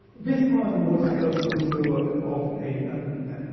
this poem was of course the work of a, and then,